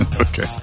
Okay